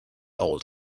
old